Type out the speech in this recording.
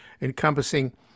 encompassing